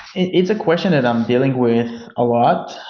it's a question that i'm dealing with a lot,